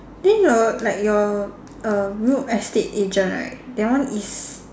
then your like your uh real estate agent right that one is